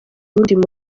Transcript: burundi